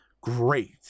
great